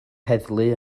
heddlu